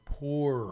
poor